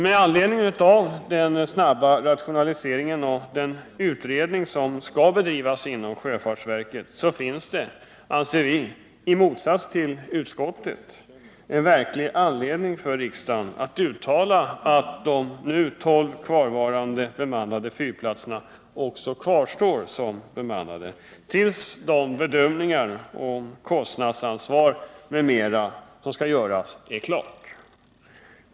Med anledning av den snabba rationaliseringen och den utredning som skall bedrivas inom sjöfartsverket finns det, anser vi i motsats till utskottet, en verklig anledning för riksdagen att uttala att de 12 kvarvarande bemannade fyrplatserna också i fortsättningen skall vara bemannade, tills de bedömningar om kostnadsansvar m.m. som skall göras är klara.